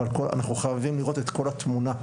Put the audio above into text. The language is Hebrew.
אבל אנחנו חייבים לראות את כל התמונה,